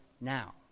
now